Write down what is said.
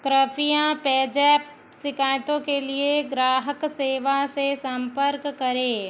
कृपया पेजैप शिकायतों के लिए ग्राहक सेवा से संपर्क करें